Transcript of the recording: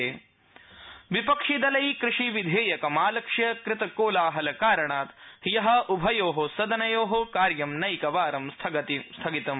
राज्यसभास्थगनम् विपक्षिदलै कृषिविधेयक मालक्ष्य कृतकोलाहलकारणात् ह्यः उभयोः सदनयोः कार्य नैकवारं स्थगितम्